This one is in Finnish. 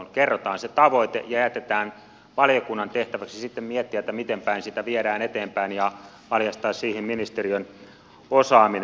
kerrotaan se tavoite ja jätetään valiokunnan tehtäväksi sitten miettiä miten päin sitä viedään eteenpäin ja valjastaa siihen ministeriön osaaminen